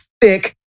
thick